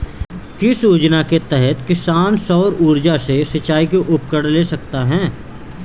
किस योजना के तहत किसान सौर ऊर्जा से सिंचाई के उपकरण ले सकता है?